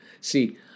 See